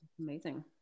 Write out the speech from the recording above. Amazing